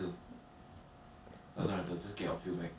um sorry sorry